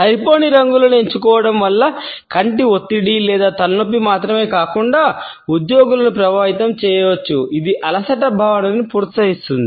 సరిపోని రంగులను ఎంచుకోవడం వల్ల కంటి ఒత్తిడి లేదా తలనొప్పి మాత్రమే కాకుండా ఉద్యోగులను ప్రభావితం చేయవచ్చు ఇది అలసట భావనను ప్రోత్సహిస్తుంది